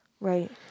Right